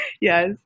Yes